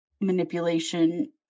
manipulation